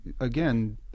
again